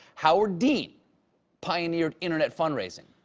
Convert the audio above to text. howard dean pioneered internet fund-raising.